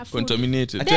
Contaminated